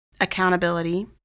Accountability